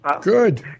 Good